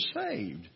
saved